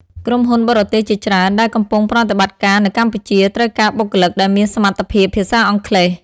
ក្រុមហ៊ុនបរទេសជាច្រើនដែលកំពុងប្រតិបត្តិការនៅកម្ពុជាត្រូវការបុគ្គលិកដែលមានសមត្ថភាពភាសាអង់គ្លេស។